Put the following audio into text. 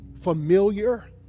familiar